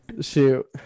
Shoot